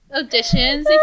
auditions